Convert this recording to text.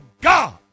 God